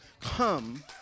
come